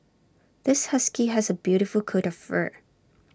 this husky has A beautiful coat of fur